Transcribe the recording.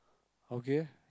okay